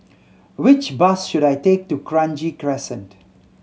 which bus should I take to Kranji Crescent